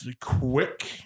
quick